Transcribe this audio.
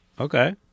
Okay